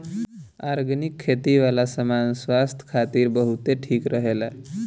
organic खेती वाला सामान स्वास्थ्य खातिर बहुते ठीक रहेला